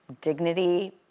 dignity